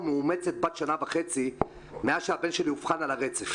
ומאומצת בת שנה וחצי מאז שהבן שלי אובחן על הרצף